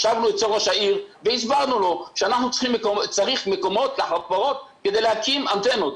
ישבנו אצל ראש העיר והסברנו לו שצריך מקומות לחברות כדי להקים אנטנות.